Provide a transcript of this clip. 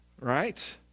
right